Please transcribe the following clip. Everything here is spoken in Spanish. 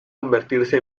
convertirse